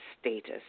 status